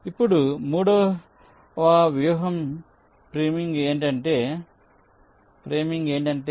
ఇప్పుడు మూడవ వ్యూహం ఫ్రేమింగ్ అంటారు